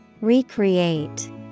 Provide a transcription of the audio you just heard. Recreate